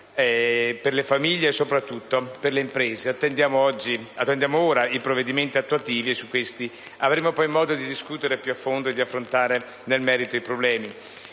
per le famiglie e, soprattutto, per le imprese. Attendiamo ora i provvedimenti attuativi e su questi avremo poi modo di discutere più a fondo e di affrontare nel merito i problemi.